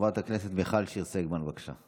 חברת הכנסת מיכל שיר סגמן, בבקשה.